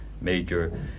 major